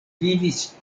vivis